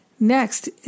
Next